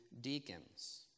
deacons